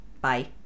Bye